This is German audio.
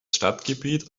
stadtgebiet